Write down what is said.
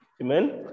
Amen